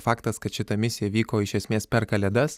faktas kad šita misija vyko iš esmės per kalėdas